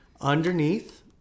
underneath